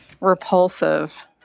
Repulsive